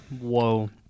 Whoa